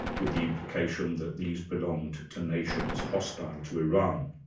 with the implication that these belonged to nations hostile to iran.